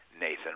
Nathan